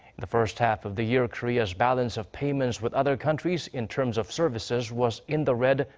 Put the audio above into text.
the first half of the year. korea's balance of payments with other countries. in terms of services. was in the red.